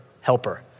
helper